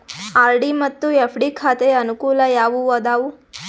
RD ಮತ್ತು FD ಖಾತೆಯ ಅನುಕೂಲ ಯಾವುವು ಅದಾವ?